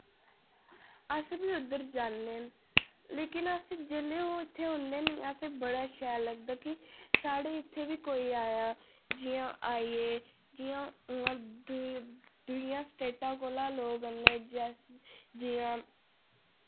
अस बी उद्धर जन्ने न लेकिन अस जेल्लै ओह् इत्थै औंदे नि असें बड़ा शैल लगदा कि साढ़े इत्थै बी कोई आया जि'यां आइये जि'यां उ'आं दूई दूइयां स्टेटां कोला लोक आंदे जैसे जि'यां